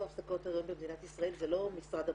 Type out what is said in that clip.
הפסקות היריון במדינת ישראל זה לא משרד הבריאות.